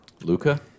Luca